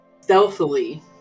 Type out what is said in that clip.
Stealthily